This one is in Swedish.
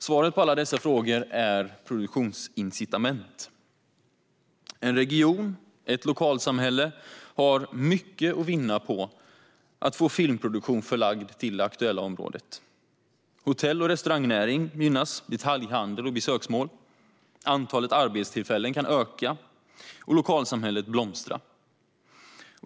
Svaret på dessa frågor är produktionsincitament. En region och ett lokalsamhälle har mycket att vinna på att få filmproduktion förlagd till det aktuella området. Hotell och restaurangnäring gynnas, detaljhandel och besöksmål likaså. Antalet arbetstillfällen kan öka och lokalsamhället blomstra.